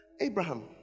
Abraham